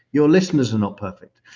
your listeners are not perfect.